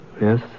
Yes